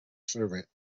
servant